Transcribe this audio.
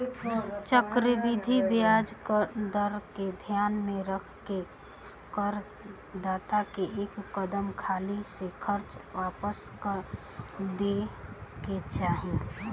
चक्रवृद्धि ब्याज दर के ध्यान में रख के कर दाता के एकदम हाली से कर्जा वापस क देबे के चाही